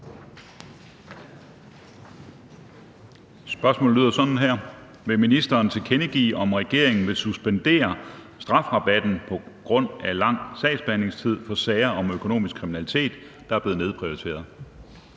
Spørgsmålet lyder sådan her: Vil ministeren tilkendegive, om regeringen vil suspendere strafrabatten på grund af lang sagsbehandlingstid for sager om økonomisk kriminalitet, der er blevet nedprioriteret?